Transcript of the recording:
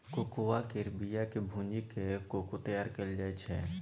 cocoa केर बिया केँ भूजि कय कोको तैयार कएल जाइ छै